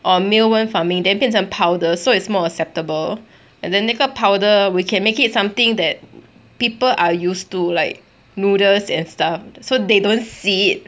or mealworm farming then 变成 powder so it's more acceptable and then 那个 powder we can make it something that people are used to like noodles and stuff so they don't see it